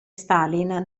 stalin